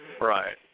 Right